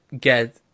get